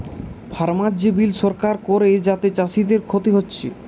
farmer যে bill সরকার করে যাতে চাষীদের ক্ষতি হচ্ছে